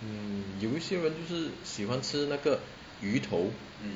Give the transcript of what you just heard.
mm 有一些人就是喜欢吃那了个鱼头